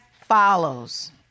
follows